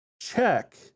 check